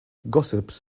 gossips